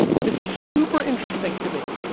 this is super interesting to me.